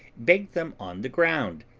baked them on the ground,